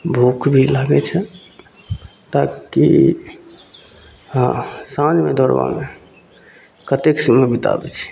भूख भी लागै छै ताकि हाँ साँझमे दौड़बामे कतेक समय बिताबै छी